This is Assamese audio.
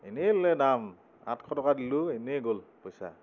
এনেই ল'লে দাম আঠশ টকা দিলোঁ এনেই গ'ল পইচা